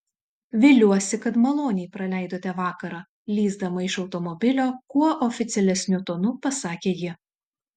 viliuosi kad maloniai praleidote vakarą lįsdama iš automobilio kuo oficialesniu tonu pasakė ji